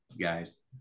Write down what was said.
guys